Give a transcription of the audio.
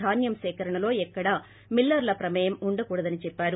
ధాన్యం సేకరణలో ఎక్కడా మిల్లర్ల ప్రమేయం వుండకూడదని చెప్పారు